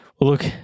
look